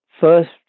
first